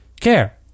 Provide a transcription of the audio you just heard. care